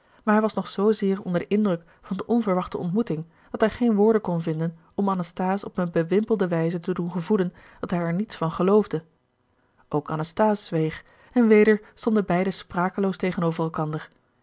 maar hij was nog zoo zeer onder den indruk van de onverwachte ontmoeting dat hij geen woorden kon vinden om anasthase op eene bewimpelde wijze te doen gevoelen dat hij er niets van geloofde ook anasthase zweeg en weder stonden beiden sprakeloos tegenover elkander